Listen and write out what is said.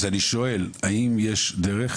אז אני שואל, האם יש דרך